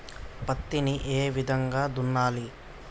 పత్తిని ఏ విధంగా దున్నాలి?